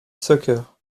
soccer